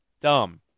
dumb